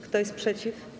Kto jest przeciw?